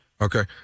Okay